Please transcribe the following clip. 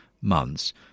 months